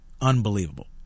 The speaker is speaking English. unbelievable